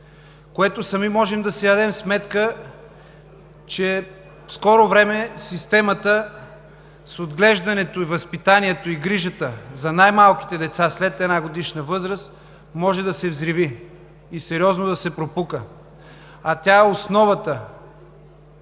което сами можем да си дадем сметка, че в скоро време системата с отглеждането, възпитанието и грижата за най-малките деца след 1-годишна възраст може да си взриви и сериозно да се пропука. А тя е основата